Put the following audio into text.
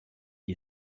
you